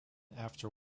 after